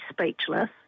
speechless